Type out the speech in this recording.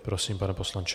Prosím, pane poslanče.